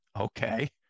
okay